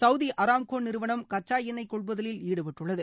Saudi Aramco நிறுவனம் கச்சா எண்ணெய் கொள்முதலில் ஈடுபட்டுள்ளது